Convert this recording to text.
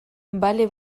bale